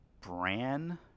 Bran